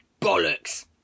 bollocks